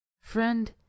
Friend